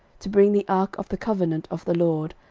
to bring the ark of the covenant of the lord,